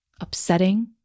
upsetting